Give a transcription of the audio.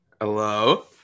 Hello